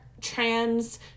trans